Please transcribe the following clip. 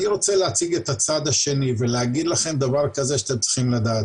אני רוצה להציג את הצד השני ולהגיד לכם דבר כזה שאתם צריכים לדעת.